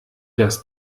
das